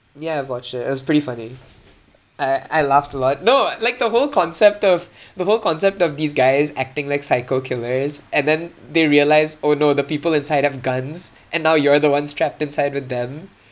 ya I've watched it it's pretty funny I I laughed a lot no like the whole concept of the whole concept of these guys acting like psycho killers and then they realised oh no the people inside have guns and now you're the ones trapped inside with them